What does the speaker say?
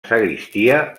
sagristia